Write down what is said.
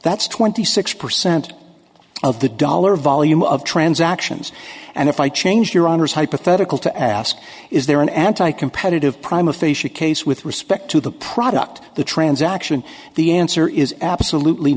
that's twenty six percent of the dollar volume of transactions and if i change your honour's hypothetical to ask is there an anti competitive prime aphasia case with respect to the product the transaction the answer is absolutely